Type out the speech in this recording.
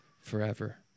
forever